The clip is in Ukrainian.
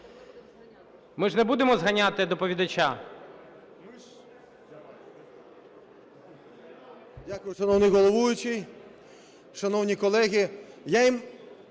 Ми ж не будемо зганяти доповідача.